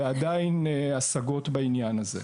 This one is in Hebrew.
ועדיין יש השגות בעניין הזה.